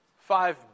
five